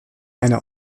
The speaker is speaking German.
eine